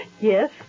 Yes